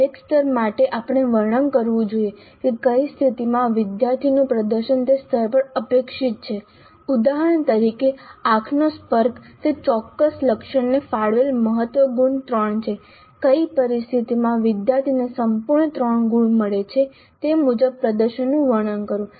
દરેક સ્તર માટે આપણે વર્ણન કરવું જોઈએ કે કઈ સ્થિતિમાં વિદ્યાર્થીનું પ્રદર્શન તે સ્તર પર અપેક્ષિત છે ઉદાહરણ તરીકે આંખનો સંપર્ક તે ચોક્કસ લક્ષણને ફાળવેલ મહત્તમ ગુણ 3 છે કઈ પરિસ્થિતિમાં વિદ્યાર્થીને સંપૂર્ણ 3 ગુણ મળે છે તે મુજબ પ્રદર્શનનું વર્ણન કરો